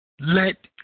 let